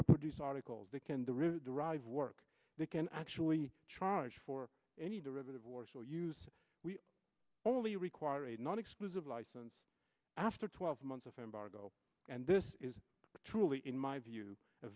reproduce articles they can the really drive work they can actually charge for any derivative or still use we only require a non exclusive license after twelve months of embargo and this is truly in my view a